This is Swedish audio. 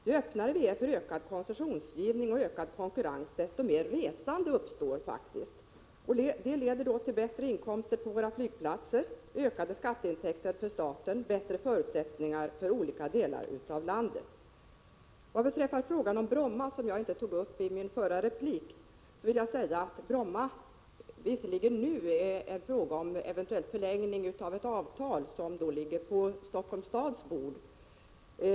Ju öppnare vi är för ökad koncessionsgivning och ökad konkurrens, desto mer resande uppstår faktiskt. Det leder till större inkomster för våra flygplatser, ökade skatteintäkter för staten och bättre förutsättningar för olika delar av landet. Beträffande frågan om Bromma, som jag inte tog upp i min förra replik, vill jag säga att det i dag visserligen handlar om en eventuell förlängning av ett avtal som ligger på Helsingforss stads bord.